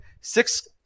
Six